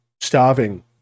starving